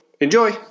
Enjoy